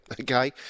okay